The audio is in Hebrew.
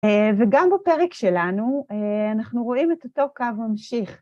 וגם בפרק שלנו אנחנו רואים את אותו קו ממשיך.